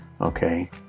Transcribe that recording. okay